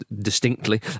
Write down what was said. distinctly